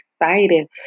excited